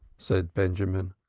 said benjamin,